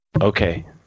Okay